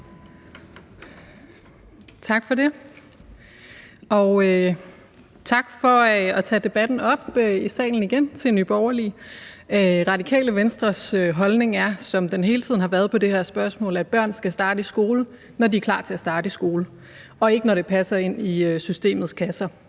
Nye Borgerlige for igen at tage debatten op i salen. Radikale Venstres holdning er, som den hele tiden har været vedrørende det her spørgsmål, at børn skal starte i skole, når de er klar til at starte i skole, og ikke, når det passer ind i systemets kasser.